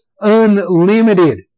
unlimited